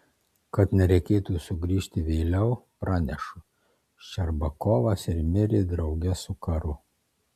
kad nereikėtų sugrįžti vėliau pranešu ščerbakovas ir mirė drauge su karu